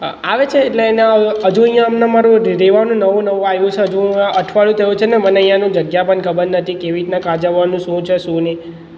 હા આવે છે એટલે એમના હજુ એ અમને મળ્યો જ નથી એવાનું નવું નવું આવ્યું છે હજુ અઠવાડિયું થયું છે મને ત્યાંનું જગ્યા પણ ખબર નથી કેવી રીતનાં કયાં જવાનું શું છે શું નહીં